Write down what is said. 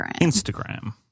Instagram